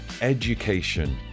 education